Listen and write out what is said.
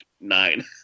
Nine